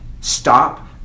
Stop